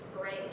great